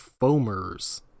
foamers